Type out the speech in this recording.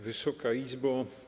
Wysoka Izbo!